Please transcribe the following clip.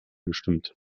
gestimmt